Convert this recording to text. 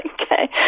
Okay